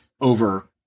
over